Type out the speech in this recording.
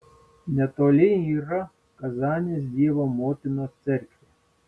netoli yra kazanės dievo motinos cerkvė